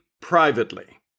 privately